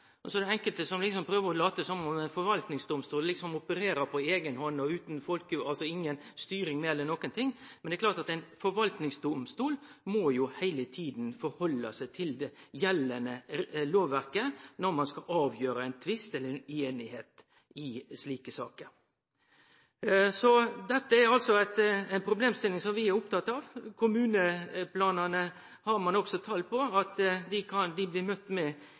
forvaltningsdomstol. Så er det enkelte som prøver å late som om ein forvaltningsdomstol liksom opererer på eiga hand, utan noka styring. Men ein forvaltningsdomstol må jo heile tida halde seg til det gjeldande lovverket, når ein skal avgjere ein tvist eller ei usemje i slike saker. Dette er ei problemstilling som vi er opptatt av. Ein har også tal på at kommuneplanane blir møtte med